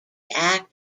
act